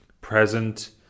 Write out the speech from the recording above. Present